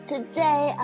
Today